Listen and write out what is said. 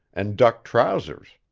and duck trousers.